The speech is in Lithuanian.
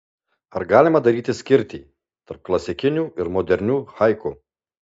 ar galima daryti skirtį tarp klasikinių ir modernių haiku